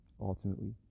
ultimately